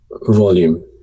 volume